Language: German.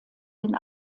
den